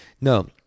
No